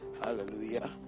hallelujah